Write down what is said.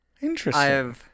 Interesting